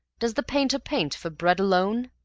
does the painter paint for bread alone?